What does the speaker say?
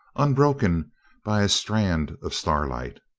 unbroken by a strand of star light.